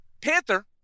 Panther